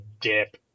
dip